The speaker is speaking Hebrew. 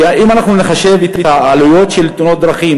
כי אם אנחנו נחשב את העלויות של תאונות דרכים,